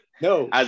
No